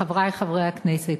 חברי חברי הכנסת,